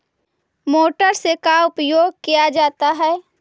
Motor से का उपयोग क्या जाता है?